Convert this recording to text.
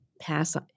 pass